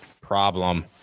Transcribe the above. Problem